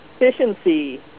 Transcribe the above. efficiency